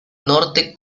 norte